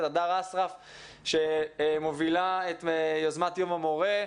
את הדר אסרף שמובילה את יוזמת יום המורה,